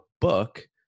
book